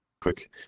quick